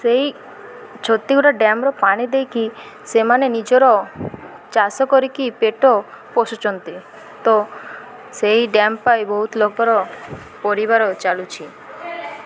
ସେଇ ଛତିଗୁଡ଼ା ଡ଼୍ୟାମ୍ର ପାଣି ଦେଇକି ସେମାନେ ନିଜର ଚାଷ କରିକି ପେଟ ପୋଷୁଚନ୍ତି ତ ସେଇ ଡ଼୍ୟାମ୍ ପାଇଁ ବହୁତ ଲୋକର ପରିବାର ଚାଲୁଛି